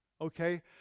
okay